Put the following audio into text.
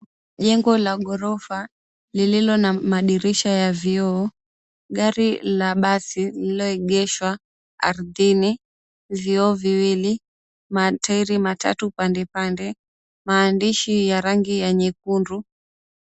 Jengo la ghorofa lililo na madirisha ya vioo. Gari la basi lililoegeshwa ardhini. Vioo viwili, materi matatu pande pande, maandishi ya rangi ya nyekundu.